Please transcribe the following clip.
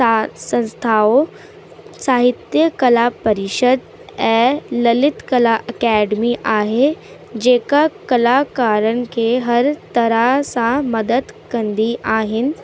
स संस्थाऊं साहित्य कला परिषद ऐं ललित कला एकेडमी आहे जेका कलाकारनि खे हर तरह सां मदद कंदी आहिनि